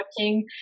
working